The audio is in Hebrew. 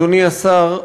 אדוני השר,